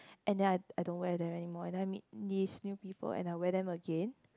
and then I I don't wear them anymore and then I meet these new people and then I wear them again